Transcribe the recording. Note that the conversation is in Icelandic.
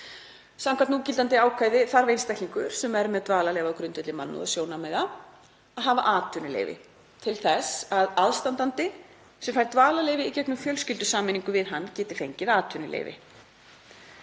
Samkvæmt núgildandi ákvæði þarf einstaklingur sem er með dvalarleyfi á grundvelli mannúðarsjónarmiða að hafa atvinnuleyfi til þess að aðstandandi sem fær dvalarleyfi í gegnum fjölskyldusameiningu við hann geti fengið atvinnuleyfi.